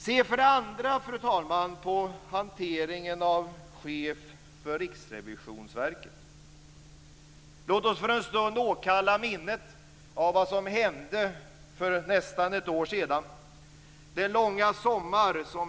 Se för det andra, fru talman, på hanteringen av chefen för Riksrevisionsverket! Låt oss för en stund åkalla minnet av vad som hände för nästan ett år sedan. Det var en lång sommar.